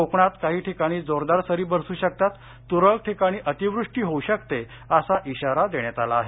कोकणात काही ठिकाणी जोरदार सरी बरसू शकतात तुरळक ठिकाणी अतिवृष्टी होऊ शकते असा इशारा देण्यात आला आहे